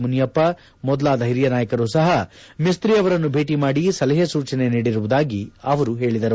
ಮುನಿಯಪ್ಪ ಮೊದಲಾದ ಹಿರಿಯ ನಾಯಕರೂ ಸಹ ಮಿಸ್ತಿ ಅವರನ್ನು ಭೇಟಿ ಮಾಡಿ ಸಲಹೆ ಸೂಚನೆ ನೀಡಿರುವುದಾಗಿ ತಿಳಿಸಿದ್ದಾರೆ